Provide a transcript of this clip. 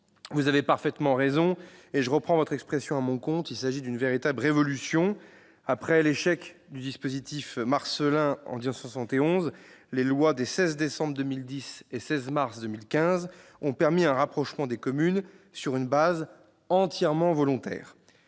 nouvelles en France. Je la reprends à mon compte, il s'agit bien d'une véritable révolution ! Après l'échec du dispositif « Marcellin » de 1971, les lois des 16 décembre 2010 et 16 mars 2015 ont permis un rapprochement des communes sur une base entièrement volontaire.